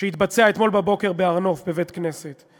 שהתבצע אתמול בבוקר בבית-כנסת בהר-נוף.